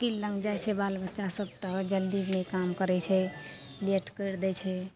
ओकील लग जाइ छै बाल बच्चासभ तऽ ओ जल्दी नहि काम करै छै लेट करि दै छै